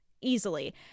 easily